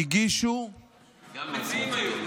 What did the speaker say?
היו גם מציעים.